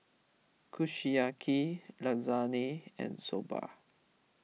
Kushiyaki Lasagne and Soba